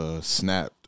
snapped